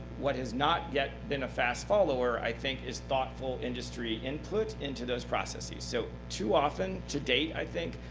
what has not yet been a fast follower, i think, is thoughtful industry input into those processes. so too often, to date, i think,